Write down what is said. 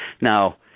Now